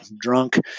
drunk